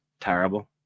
terrible